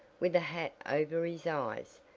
with a hat over his eyes,